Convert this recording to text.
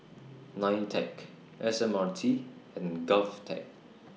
NITEC S M R T and Govtech